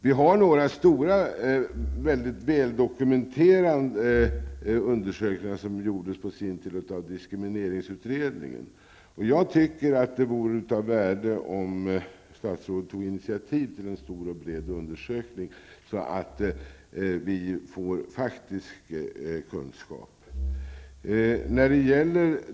Vi har några stora, väldigt väldokumenterade undersökningar, som gjordes på sin tid av diskrimineringsutredningen. Jag tycker att det vore av värde, om statsrådet tog initiativ till en stor och bred undersökning, så att vi får faktisk kunskap.